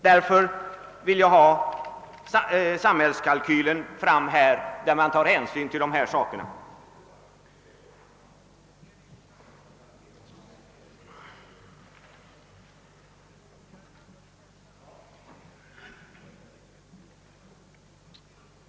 Därför behöver vi en samhälskalkyl där man tar hänsyn till dessa saker.